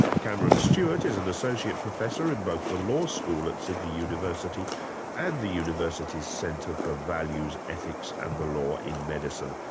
cameron stewart is an associate professor in both the law school at sydney university and the university's centre for values, ethics and the law in medicine.